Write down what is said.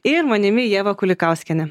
ir manimi ieva kulikauskiene